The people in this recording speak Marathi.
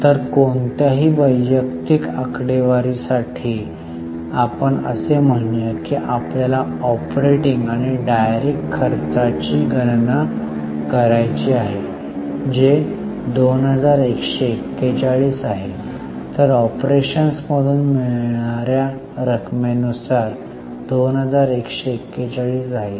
तर कोणत्याही वैयक्तिक आकडेवारी साठी आपण असे म्हणूया की आपल्याला ऑपरेटिंग आणि डायरेक्ट खर्चाची गणना करायची आहे जे 2141 आहे तर ऑपरेशन्समधून मिळणा रकमेनुसार 2141 आहे